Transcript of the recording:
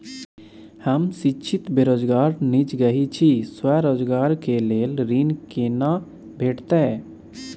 हम शिक्षित बेरोजगार निजगही छी, स्वरोजगार के लेल ऋण केना भेटतै?